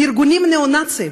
של ארגונים ניאו-נאציים,